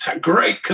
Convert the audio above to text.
great